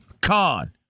con